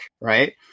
right